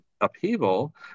upheaval